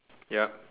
yup